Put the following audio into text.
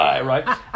right